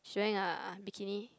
she wearing a a bikini